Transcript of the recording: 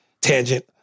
tangent